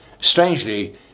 strangely